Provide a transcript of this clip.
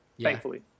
Thankfully